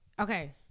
Okay